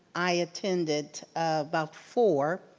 i attended about four